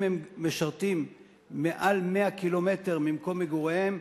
אם הם משרתים מעל 100 קילומטר ממקום מגוריהם,